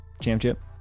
championship